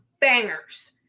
bangers